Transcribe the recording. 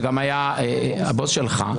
שגם היה הבוס שלך,